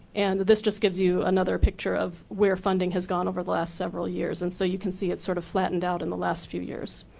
and this just gives you another picture of where funding has gone over the last several years, and so you can see it sort of flattened out and the last few years.